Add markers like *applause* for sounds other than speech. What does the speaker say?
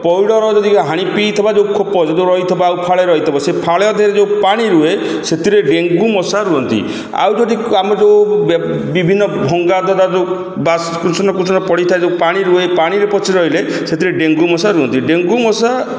ପଇଡ଼ର ଯଦି ହାଣି ପିଇ ଥିବା ଯେଉଁ ଖୋପ ଯଦି ରହିଥିବ ଆଉ ଫାଳେ ରହିଥିବ ସେ ଫାଳେ ଅଧେରେ ଯେଉଁ ପାଣି ରୁହେ ସେଥିରେ ଡେଙ୍ଗୁ ମଶା ରୁହନ୍ତି ଆଉ ଯଦି ଆମର ଯେଉଁ ବିଭିନ୍ନ ଭଙ୍ଗା ଯେଉଁ ବା *unintelligible* ପଡ଼ିଥାଏ ଯେଉଁ ପାଣି ରୁହେ ପାଣିରେ ପଚି ରହିଲେ ସେଥିରେ ଡେଙ୍ଗୁ ମଶା ରୁହନ୍ତି ଡେଙ୍ଗୁ ମଶା